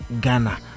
Ghana